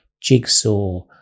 jigsaw